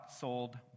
sold